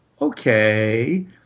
okay